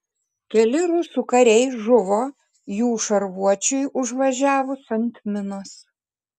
keli rusų kariai žuvo jų šarvuočiui užvažiavus ant minos